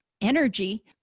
energy